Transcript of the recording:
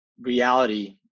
reality